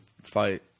fight